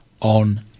on